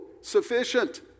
sufficient